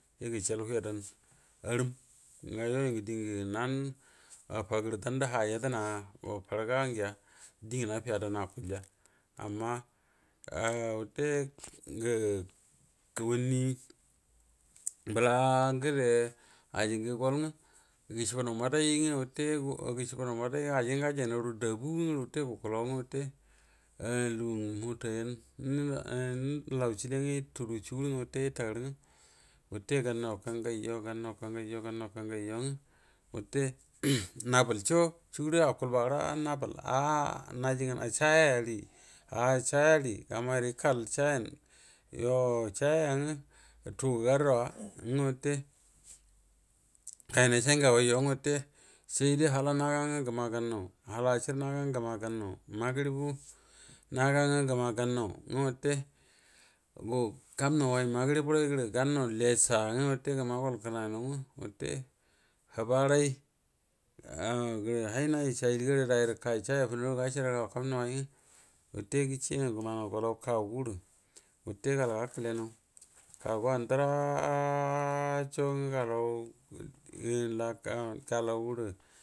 Lgachal wiyadan arum ga yagu ngə dingə nan fagərə dandə ha yadəna fargo ngiya dingə nafiyadana akulya amma ngə wute ngə kummi ngla ngəde ajingə gol gushubunau wibədai nga aji gajainauru daba nga wute lugu ngə to yan nga nəlan chile nga yutu nga ita gərə nga wute gannan kangaigo gannan kangoijo nga wute nabel sho shu gura akulba ra nabol a shaya yari ga maidə ikal chan yo shaya yargi tu gəgarunanya kainan shai ngagai yo nga wute shaide hala naga nga gəma gannau hala asarə naga nga gəma magəiribu naga nga gəma gannau nga wute kamnau wai magribu rai gəra gannau tessa uga gəma gol kənainau wute həba rai a hai nai sa hiligarar ru daidu kai chaiga funagudu gachar gau kamrau wayi nga wute gəchenau gəmanaug tau kagu du wute gal gakəle nau kagna dəraacho nga galau galau rə.